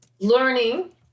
learning